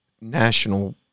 national